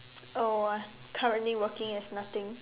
oh uh currently working as nothing